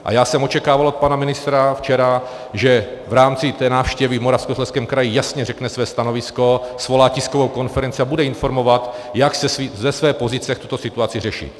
A já jsem očekával od pana ministra včera, že v rámci té návštěvy v Moravskoslezském kraji jasně řekne své stanovisko, svolá tiskovou konferenci a bude informovat, jak chce ze své pozice tuto situaci řešit.